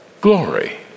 glory